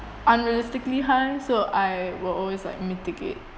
unrealistically high so I will always like mitigate